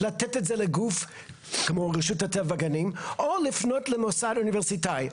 לתת את זה לגוף כמו רשות הטבע והגנים או לפנות למוסד אוניברסיטאי.